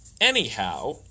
anyhow